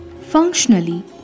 Functionally